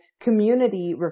community